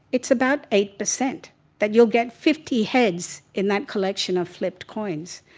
it's about eight per cent that you'll get fifty heads in that collection of flipped coins.